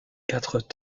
quatre